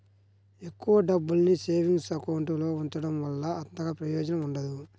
ఎక్కువ డబ్బుల్ని savings account లో ఉంచడం వల్ల అంతగా ప్రయోజనం ఉండదు